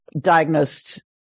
diagnosed